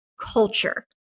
culture